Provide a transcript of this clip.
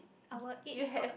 our age got